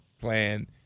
plan